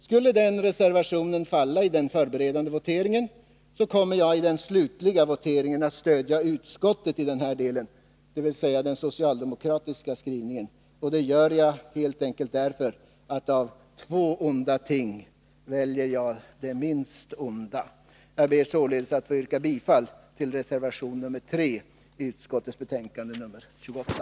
Skulle den reservationen falla i den förberedande voteringen kommer jag i den slutliga voteringen i den här delen att stödja utskottet, dvs. den socialdemokratiska skrivningen. Det gör jag helt enkelt därför att jag av två onda ting väljer det minst onda. Jag ber således att få yrka bifall till reservation 3 i utskottets betänkande nr 28.